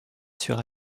sur